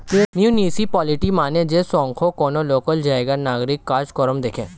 municipality মানে যেই সংস্থা কোন লোকাল জায়গার নাগরিক কাজ কর্ম দেখে